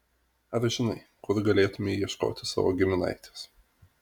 ar žinai kur galėtumei ieškoti savo giminaitės